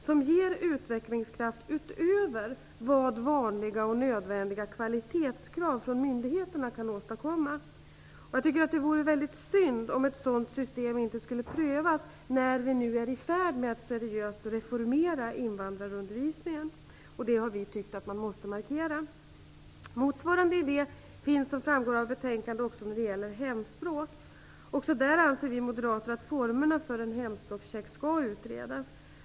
Det ger utvecklingskraft utöver det som vanliga och nödvändiga kvalitetskrav från myndigheterna kan åstadkomma. Jag tycker att det vore väldigt synd om ett sådant system inte skulle prövas, när vi nu är i färd med att seriöst reformera invandrarundervisningen. Vi Moderater tycker att man måste markera detta. Motsvarande idé finns, vilket också framgår av betänkandet, också för hemspråk. Vi Moderater anser att formerna även för en hemspråkscheck skall utredas.